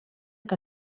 que